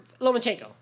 Lomachenko